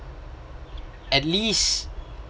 at least